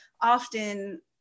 often